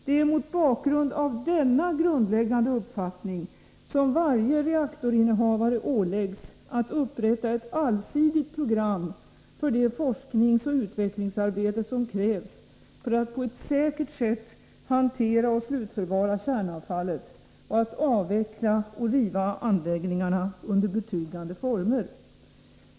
Det är mot bakgrund av denna grundläggande uppfattning som varje reaktorinnehavare åläggs att upprätta ett allsidigt program för det forskningsoch utvecklingsarbete som krävs för att på ett säkert sätt hantera och slutförvara kärnavfallet liksom för att avveckla och riva anläggningarna under betryggande former.